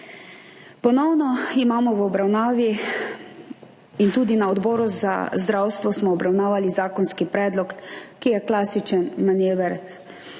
Ponovno imamo v obravnavi in tudi na Odboru za zdravstvo smo obravnavali zakonski predlog, ki je klasičen manever